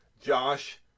Josh